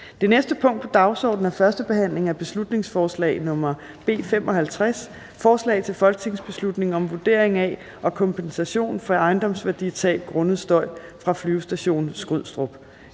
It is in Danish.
Det næste punkt på dagsordenen er: 8) 1. behandling af beslutningsforslag nr. B 55: Forslag til folketingsbeslutning om vurdering af og kompensation for ejendomsværditab grundet støj fra Flyvestation Skrydstrup.